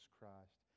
Christ